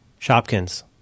Shopkins